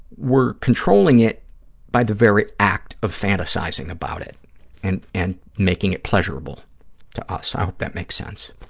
we're controlling it by the very act of fantasizing about it and and making it pleasurable to us. i hope that makes sense.